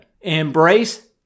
Embrace